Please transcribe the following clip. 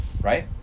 right